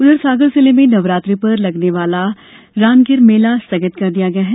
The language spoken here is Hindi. उधर सागर जिले में नवरात्रि पर लगने वाला रानगिर मेला स्थगित कर दिया गया है